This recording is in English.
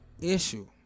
Issue